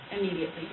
immediately